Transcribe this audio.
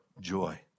joy